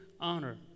honor